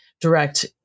direct